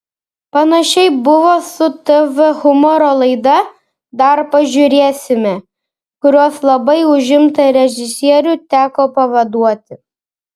panašiai buvo su tv humoro laida dar pažiūrėsime kurios labai užimtą režisierių teko pavaduoti